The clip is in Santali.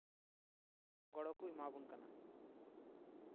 ᱜᱚᱲᱚ ᱠᱚ ᱮᱢᱟᱵᱚᱱ ᱠᱟᱱᱟ